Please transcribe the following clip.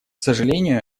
сожалению